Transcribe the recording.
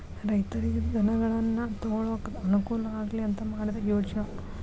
ರೈತರಿಗೆ ಧನಗಳನ್ನಾ ತೊಗೊಳಾಕ ಅನಕೂಲ ಆಗ್ಲಿ ಅಂತಾ ಮಾಡಿದ ಯೋಜ್ನಾ